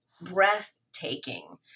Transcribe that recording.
breathtaking